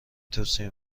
توصیه